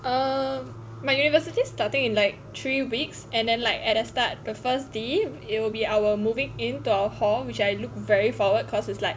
um my university starting in like three weeks and then like at the start the first thing it will be our moving into our hall which I look very forward cause it's like